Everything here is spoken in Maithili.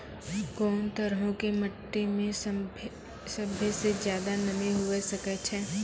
कोन तरहो के मट्टी मे सभ्भे से ज्यादे नमी हुये सकै छै?